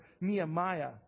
Nehemiah